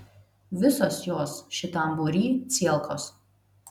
visos jos šitam būry cielkos